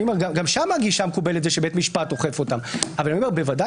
גם שם הגישה המקובלת היא שבית משפט אוכף אותן אבל אני אומר שבוודאי